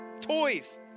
toys